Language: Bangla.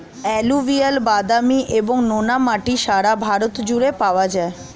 অ্যালুভিয়াল, বাদামি এবং নোনা মাটি সারা ভারত জুড়ে পাওয়া যায়